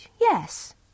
yes